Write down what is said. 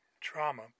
trauma